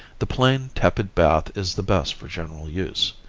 the plain, tepid bath is the best for general use.